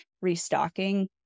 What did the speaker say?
restocking